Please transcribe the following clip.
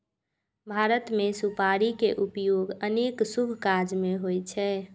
भारत मे सुपारी के उपयोग अनेक शुभ काज मे होइ छै